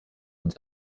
uns